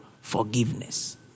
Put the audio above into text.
Forgiveness